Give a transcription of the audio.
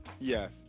Yes